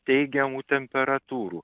teigiamų temperatūrų